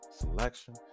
selection